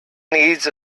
needs